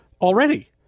already